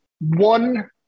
one